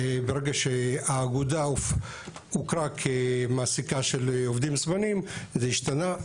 ברגע שהאגודה הוכרה כמעסיקה של עובדים זמניים זה השתנה,